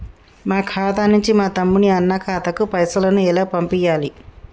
మా ఖాతా నుంచి మా తమ్ముని, అన్న ఖాతాకు పైసలను ఎలా పంపియ్యాలి?